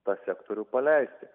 tą sektorių paleisti